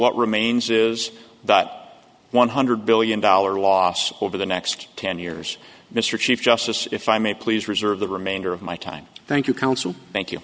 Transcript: what remains is that one hundred billion dollars loss over the next ten years mr chief justice if i may please reserve the remainder of my time thank you counsel thank you